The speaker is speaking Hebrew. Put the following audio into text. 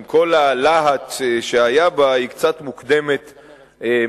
עם כל הלהט שהיה בה, היא קצת מוקדמת מדי.